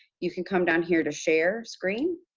you can come down here to share screen.